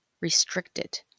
Restricted